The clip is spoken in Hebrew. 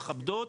מכבדות,